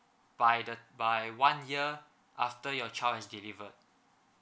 by the by one year after your child has delivered